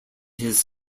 his